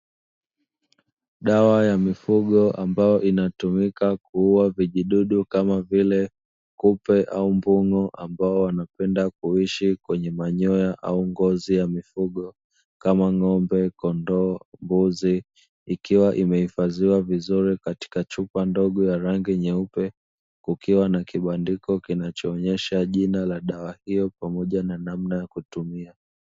Dawa ya mifugo, ambayo inatumika kuua vijidudu kama vile kupe au mbung'o, ambao wanapenda kuishi kwenye manyoya au ngozi ya mifugo kama ng’ombe, kondoo, na mbuzi; ikiwa imehifadhiwa vizuri katika chupa ndogo ya rangi nyeupe, kukiwa na kibandiko kinachoonyesha jina la dawa hiyo pamoja na namna ya kutumia.